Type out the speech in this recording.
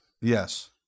Yes